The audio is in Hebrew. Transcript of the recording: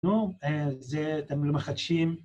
נו, אתם מחדשים.